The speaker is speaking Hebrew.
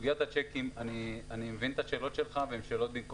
בסוגיית הצ'קים אני מבין את השאלות שלך והן במקומן.